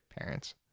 parents